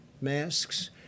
masks